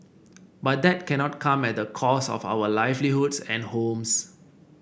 but that cannot come at the cost of our livelihoods and homes